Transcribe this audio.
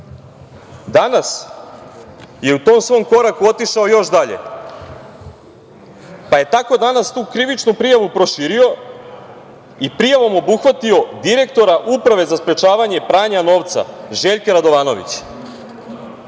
je u tom svom koraku otišao još dalje. Tako je danas tu krivičnu prijavu proširio i prijavom obuhvatio direktora Uprave za sprečavanje pranja novca Željka Radovanovića.